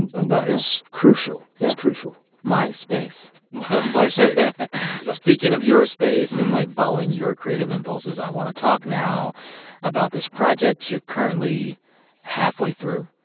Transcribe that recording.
and and that is crucial. it's crucial my space my space yeah speaking of your space and, like, following your creative impulses, i want to talk now about this project you're currently halfway through.